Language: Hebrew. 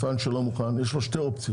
יש לו שתי אופציות